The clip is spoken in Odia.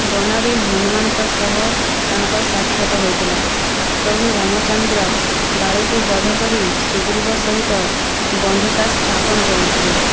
ବନରେ ହନୁମାନଙ୍କ ସହ ତାଙ୍କ ସାକ୍ଷାତ ହୋଇଥିଲା ପ୍ରଭୁ ରାମଚନ୍ଦ୍ର ବାଳିକୁ ବଧ କରି ସୁଗ୍ରୀବ ସହିତ ବନ୍ଧୁତା ସ୍ଥାପନ କରିଥିଲେ